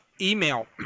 email